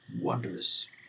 wondrous